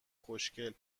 خوشگل